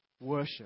worship